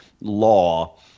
law